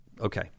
okay